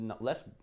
less